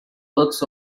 works